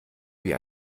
wie